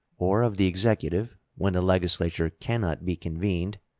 or of the executive when the legislature can not be convened,